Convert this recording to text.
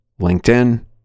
LinkedIn